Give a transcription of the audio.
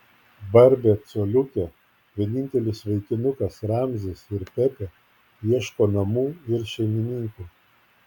barbė coliukė vienintelis vaikinukas ramzis ir pepė ieško namų ir šeimininkų